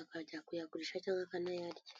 akajya kuyagurisha cyangwa akanayarya.